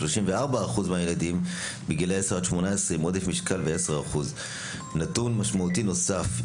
34% מהילדים בגילאי 18-10 עם עודף משקל של 10%. נתון משמעותי נוסף,